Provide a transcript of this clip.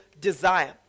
desire